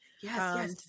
Yes